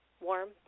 warm